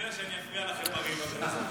כנראה שאפריע לכם בריב הבא.